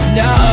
no